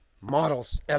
models